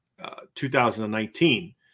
2019